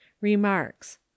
Remarks